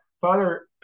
Father